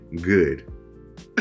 good